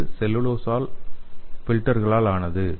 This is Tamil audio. இது செல்லுலோஸ் ஃபில்டர்க்ளால் ஆனது